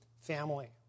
family